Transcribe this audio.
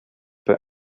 bei